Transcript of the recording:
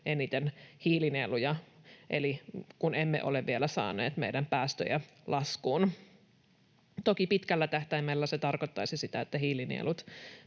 eniten hiilinieluja, eli kun emme ole vielä saaneet meidän päästöjä laskuun. Toki pitkällä tähtäimellä se tarkoittaisi sitä, että hiilinielut